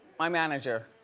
my manager.